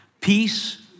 Peace